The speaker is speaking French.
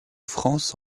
france